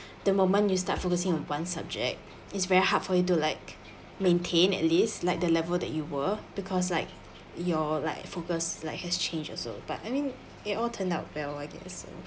the moment you start focusing on one subject is very hard for you to like maintain at least like the level that you were because like you're like focus like has change also but I mean it all turned out well I guess so